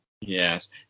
Yes